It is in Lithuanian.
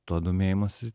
tuo domėjimąsi